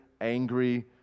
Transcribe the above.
angry